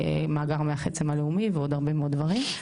מאגר מח עצם הלאומי ועוד הרבה מאוד דברים.